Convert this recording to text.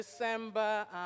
December